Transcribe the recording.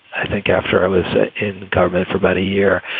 i think after i was in government for about a year,